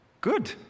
Good